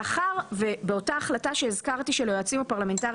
מאחר ובאותה החלטה שהזכרתי של היועצים הפרלמנטריים